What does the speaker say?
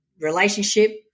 relationship